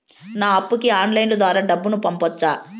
నా అప్పుకి ఆన్లైన్ ద్వారా డబ్బును పంపొచ్చా